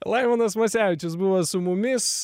laimonas masevičius buvo su mumis